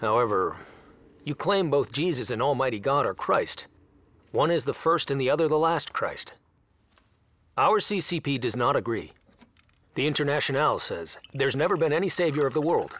however you claim both jesus and almighty god or christ one is the first and the other the last christ our c c p does not agree the international says there's never been any savior of the world